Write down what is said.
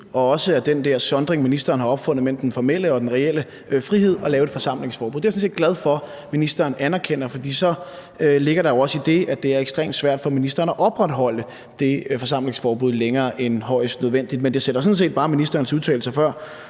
også af den der sondring, ministeren har opfundet, mellem det formelle og den reelle frihed, at lave et forsamlingsforbud. Det er jeg sådan set glad for ministeren anerkender, for så ligger der jo også i det, at det er ekstremt svært for ministeren at opretholde det forsamlingsforbud længere end højst nødvendigt. Men det sætter sådan set bare ministerens udtalelser før,